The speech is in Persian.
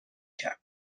کرد